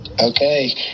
Okay